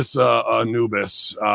Anubis